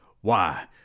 Why